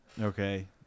Okay